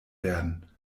werden